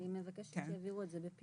אני מבקשת שיעבירו את זה ב-pdf.